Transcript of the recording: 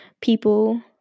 people